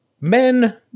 Men